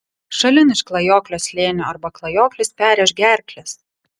šalin iš klajoklio slėnio arba klajoklis perrėš gerkles